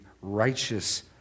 righteous